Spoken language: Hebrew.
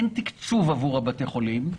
אין תקצוב עבור בתי החולים.